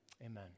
amen